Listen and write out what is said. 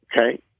Okay